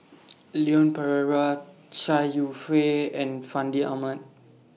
Leon Perera Chai Yow Fei and Fandi Ahmad